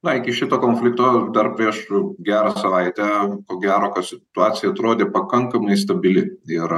na iki šito konflikto dar prieš gerą savaitę ko gero kad situacija atrodė pakankamai stabili ir